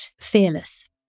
fearless